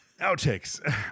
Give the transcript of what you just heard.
Outtakes